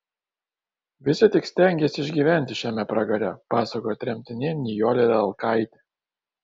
visi tik stengėsi išgyventi šiame pragare pasakojo tremtinė nijolė lelkaitė